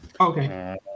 Okay